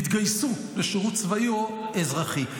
התגייסו לשירות צבאי או אזרחי.